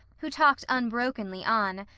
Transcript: who talked unbrokenly on,